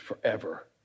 forever